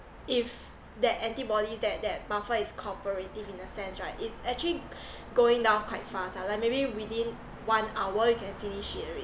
if that antibodies that that buffer is cooperative in a sense right it's actually going down quite fast lah like maybe within one hour you can finish it already